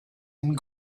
and